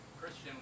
Christian